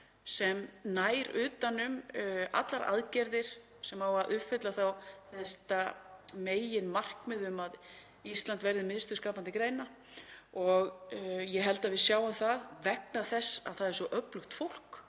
sem nær utan um allar aðgerðir sem eiga að uppfylla þetta meginmarkmið um að Ísland verði miðstöð skapandi greina. Ég held að við sjáum það vegna þess að það er svo öflugt fólk